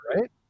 right